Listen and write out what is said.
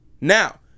Now